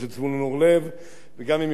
וגם עם יושב-ראש הבית היהודי,